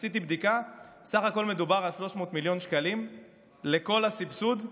עשיתי בדיקה: סך הכול מדובר על 300 מיליון שקלים לכל הסבסוד.